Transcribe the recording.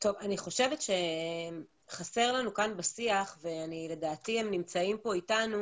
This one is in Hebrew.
אני חושבת שחסר לנו כאן בשיח לדעתי הם נמצאים פה איתנו